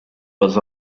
was